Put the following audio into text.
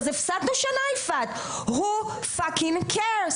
אז הפסדנו שנה, יפעת, who fucking care?